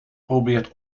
probeert